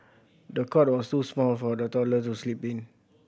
the cot was too small for the toddler to sleep in